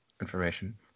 information